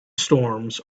storms